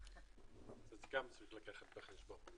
זה גם צריך לקחת בחשבון.